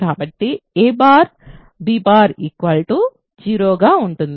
కాబట్టి a b 0 గా ఉంటుంది